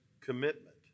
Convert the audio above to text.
commitment